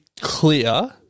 clear